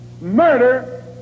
murder